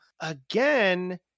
again